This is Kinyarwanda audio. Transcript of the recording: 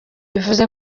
bivuze